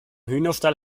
hühnerstall